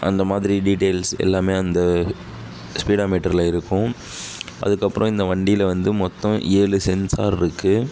அந்த மாதிரி டீட்டெயில்ஸ் எல்லாமே அந்த ஸ்பீடா மீட்டரில் இருக்கும் அதுக்கப்புறம் இந்த வண்டியில் வந்து மொத்தம் ஏழு சென்சார் இருக்குது